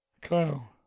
Kyle